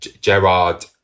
Gerard